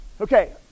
Okay